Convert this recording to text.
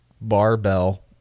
barbell